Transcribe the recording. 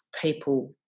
people